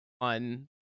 on